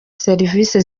serivisi